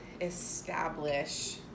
establish